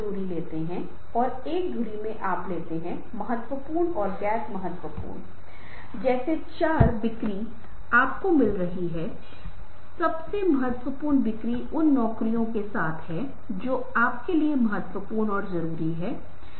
इसलिए यहां कुछ दिशा निर्देश दिए गए हैं जिन पर आप बस जल्दी से विचार कर सकते हैं और आप देख सकते हैं कि आपने इनमें से कुछ मुद्दों पर पहले ही चर्चा कर ली है जब हमने आवाज के नीरस न होने की बात की थी जो उबाऊ और उत्पात हो सकती है एक आवाज में रुचि की भावनाएं लाना ताकि आपकी प्रस्तुति रोमांचक हो